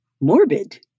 morbid